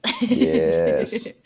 Yes